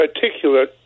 particular